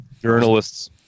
journalists